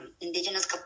indigenous